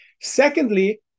Secondly